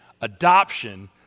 adoption